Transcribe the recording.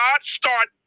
start